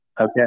Okay